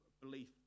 belief